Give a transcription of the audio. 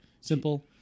Simple